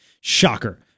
Shocker